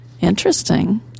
Interesting